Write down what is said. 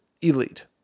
elite